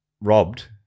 robbed